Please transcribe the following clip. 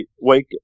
wake